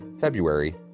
February